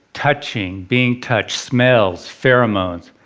touching, being touched, smells, pheromones,